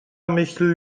myśl